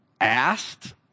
asked